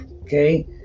okay